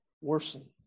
worsen